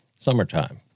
summertime